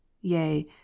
yea